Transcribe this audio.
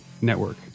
network